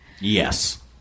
Yes